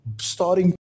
starting